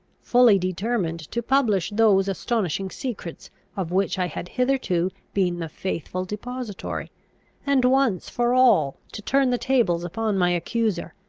fully determined to publish those astonishing secrets of which i had hitherto been the faithful depository and, once for all, to turn the tables upon my accuser.